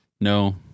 No